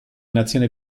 nazione